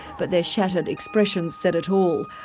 but their shattered expressions said it all.